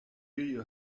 you